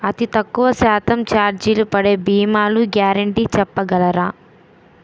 అతి తక్కువ శాతం ఛార్జీలు పడే భీమాలు గ్యారంటీ చెప్పగలరా?